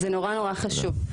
זה נורא נורא חשוב.